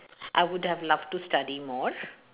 I would have loved to study more